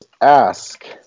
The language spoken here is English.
ask